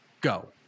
Go